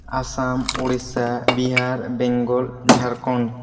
Assam Odisha Bihar Bengal Jharkhand